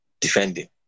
Defending